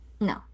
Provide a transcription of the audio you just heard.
no